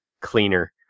cleaner